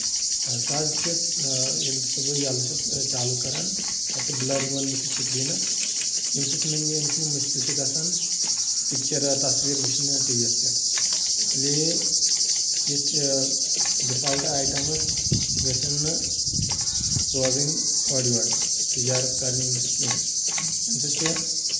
سُہ حظ چھ ییٚلہِ سُہ بہٕ ییٚلہٕ چھس چالوٗ کران تَتھ چھُ بٔلر یِون بٔتھۍ سِکریٖنَس ییٚمہِ سۭتۍ نہٕ مےٚ ییٚمہِ سۭتۍ مےٚ مُشکِل چھ گژھان پِکچر تَصویٖر وٕچھنہٕ ٹی ویَس پٮ۪ٹھ اس لیے یِتھۍ ڈفالٹ آیٚٹمز گژھن نہٕ سوٚزٕنۍ اورٕ یورٕ تِجارَت کرنہِ اَمہِ سۭتۍ کیٚنٛہہ اَمہِ سۭتۍ چھِ